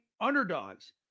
underdogs